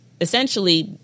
essentially